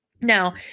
Now